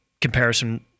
comparison